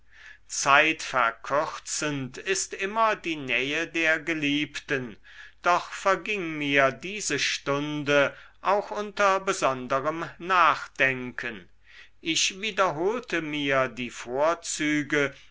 zeitverkürzend ist immer die nähe der geliebten doch verging mir diese stunde auch unter besonderem nachdenken ich wiederholte mir die vorzüge